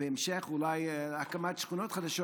ובהמשך אולי הקמת שכונות חדשות,